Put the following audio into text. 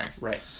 Right